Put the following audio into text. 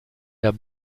der